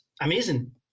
amazing